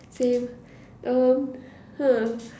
same um hmm